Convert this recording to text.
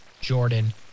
Jordan